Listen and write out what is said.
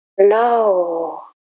No